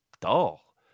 dull